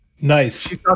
Nice